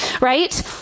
right